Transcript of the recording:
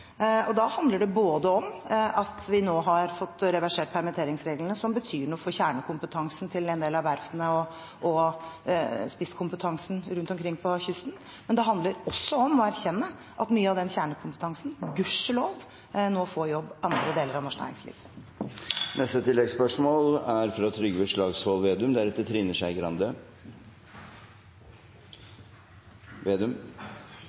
Da handler det både om at vi nå har fått reversert permitteringsreglene, som betyr noe for kjernekompetansen til en del av verftene og spisskompetansen rundt omkring på kysten, og om å erkjenne at mange av dem med den kjernekompetansen – gudskjelov – nå får jobb i andre deler av norsk næringsliv. Trygve Slagsvold Vedum – til oppfølgingsspørsmål. Mange har blitt arbeidsledige, og det er